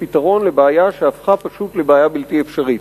פתרון לבעיה שהפכה פשוט לבלתי אפשרית.